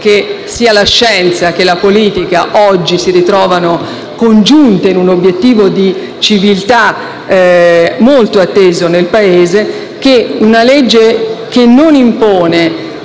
che la scienza e la politica oggi si ritrovino congiunte in un obiettivo di civiltà molto atteso nel Paese. Quella che ci